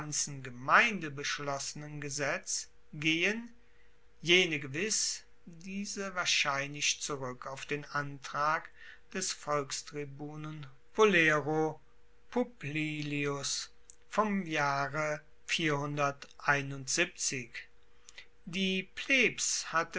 gemeinde beschlossenen gesetz gehen jene gewiss diese wahrscheinlich zurueck auf den antrag des volkstribunen volero publilius vom jahre die plebs hatte